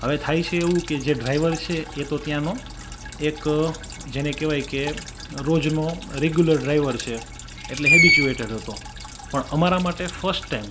હવે થાય છે એવું કે જે ડ્રાઈવર છે એ તો ત્યાંનો એક જેને કહેવાય કે રોજનો રેગ્યુલર ડ્રાઈવર છે એટલે હેબીચૂએટેડ હતો પણ અમારા માટે ફર્સ્ટ ટાઈમ